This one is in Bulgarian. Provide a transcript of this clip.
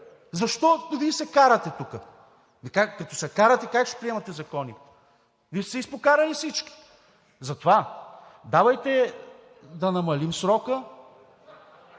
Защо Вие се карате тук? Ами като се карате, как ще приемате закони? Вие сте се изпокарали всички. Затова давайте да намалим срока